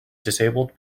disabled